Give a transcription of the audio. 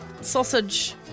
sausage